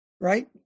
right